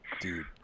Dude